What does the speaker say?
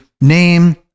name